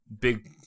big